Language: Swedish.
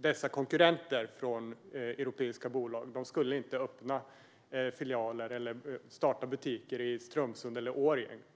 dessa konkurrenter från europeiska bolag inte skulle starta butiker i Strömsund eller Årjäng.